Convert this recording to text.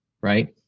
right